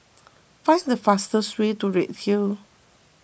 find the fastest way to Redhill